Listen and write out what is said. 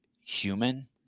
human